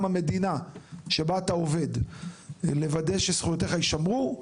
המדינה שבה אתה עובד לוודא שזכויותיך ישמרו,